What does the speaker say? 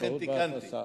לכן תיקנתי.